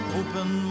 open